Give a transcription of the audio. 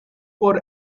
por